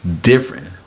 different